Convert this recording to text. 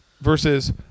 versus